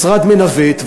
משרד מנווט,